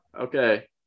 Okay